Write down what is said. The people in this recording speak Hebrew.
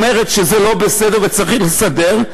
אומרת שזה לא בסדר וצריך לסדר,